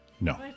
No